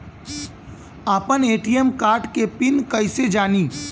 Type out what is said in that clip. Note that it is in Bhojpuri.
आपन ए.टी.एम कार्ड के पिन कईसे जानी?